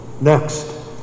next